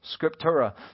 scriptura